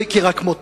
לא הכירה כמותו.